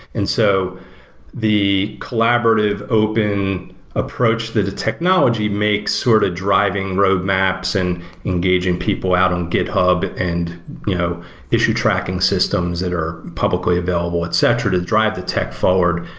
and so the collaborative open approach that a technology makes sort of driving roadmaps and engaging people out on github and you know issue tracking systems that are publicly available, etc, to drive tech forward,